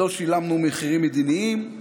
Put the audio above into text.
לא שילמנו מחירים מדיניים,